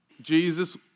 Jesus